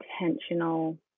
intentional